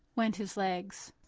went his legs.